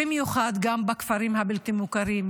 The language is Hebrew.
במיוחד גם בכפרים הבלתי-מוכרים.